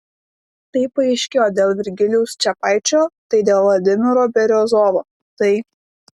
tai paaiškėjo dėl virgilijaus čepaičio tai dėl vladimiro beriozovo tai